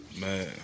Man